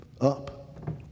up